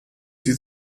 sie